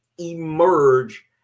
emerge